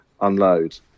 unload